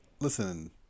Listen